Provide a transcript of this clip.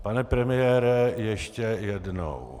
Pane premiére, ještě jednou.